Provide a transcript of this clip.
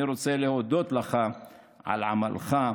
אני רוצה להודות לך על עמלך,